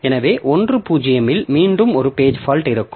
எனவே 1 0 இல் மீண்டும் ஒரு பேஜ் பால்ட் இருக்கும்